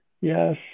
Yes